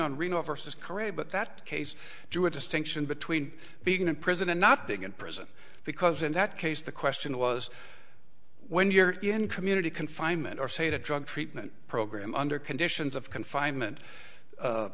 on reno versus career but that case george distinction between being in prison and not being in prison because in that case the question was when you're in community confinement or say the drug treatment program under conditions of confinement